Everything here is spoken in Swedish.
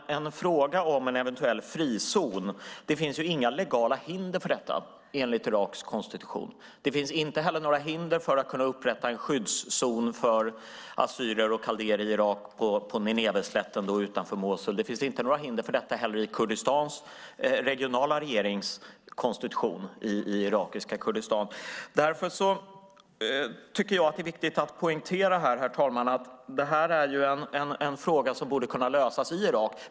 När det gäller en eventuell frizon finns det inga legala hinder för detta, enligt Iraks konstitution. Det finns inte heller några hinder för att upprätta en skyddszon för assyrier och kaldéer i Irak, på Nineveslätten utanför Mosul. Det finns inga hinder för detta heller i Kurdistans regionala regerings konstitution, alltså i irakiska Kurdistan. Därför tycker jag att det är viktigt att poängtera, herr talman, att detta är en fråga som borde kunna lösas i Irak.